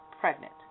pregnant